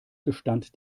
gestand